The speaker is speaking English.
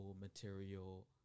material